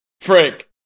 Frank